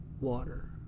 water